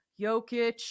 Jokic